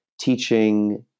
teaching